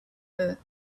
earth